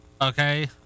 Okay